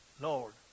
Lord